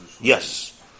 Yes